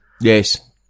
Yes